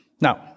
Now